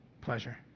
pleasure